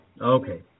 Okay